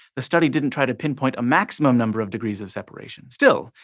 the study didn't try to pinpoint a maximum number of degrees of separation. still,